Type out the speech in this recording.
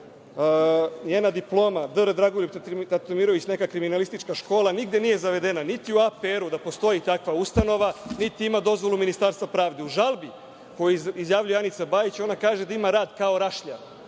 njena diploma dr Dragoljub Tatomirović, neka kriminalistička škola, nigde nije zavedena, niti u APR da postoji takva ustanova, niti ima dozvolu Ministarstva pravde. U žalbi koju izjavljuje Anica Bajić ona kaže da ima rad kao rašljar,